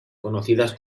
conocidas